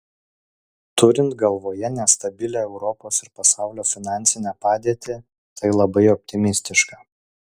turint galvoje nestabilią europos ir pasaulio finansinę padėtį tai labai optimistiška